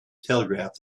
telegraph